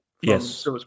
Yes